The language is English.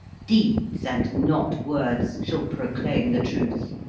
deeds, and not words, shall proclaim the truth.